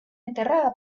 enterrada